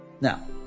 Now